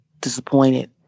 disappointed